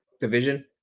Division